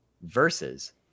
versus